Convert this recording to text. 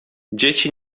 dzieci